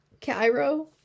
cairo